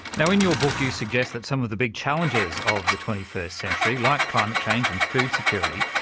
now in your book, you suggest that some of the big challenges of the twenty first century, like climate change and food security,